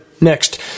Next